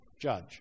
Judge